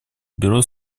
бюро